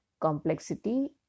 complexity